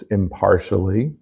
impartially